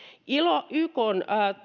ykn